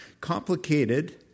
complicated